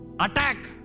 Attack